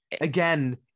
Again